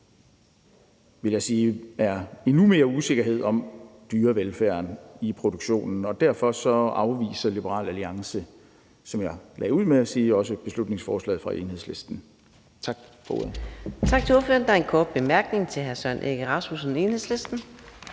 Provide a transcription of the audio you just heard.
vil jeg sige, er endnu mere usikkerhed om dyrevelfærden i produktion. Derfor afviser Liberal Alliance, som jeg lagde ud med at sige, også beslutningsforslaget fra Enhedslisten. Tak